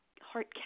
heart